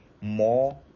more